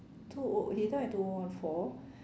two O he died in two O one four